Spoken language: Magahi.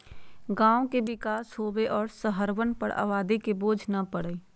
गांव के विकास होवे और शहरवन पर आबादी के बोझ न पड़ई